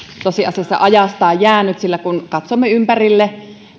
tosiasiassa ajastaan jäänyttä sillä kun katsomme ympärille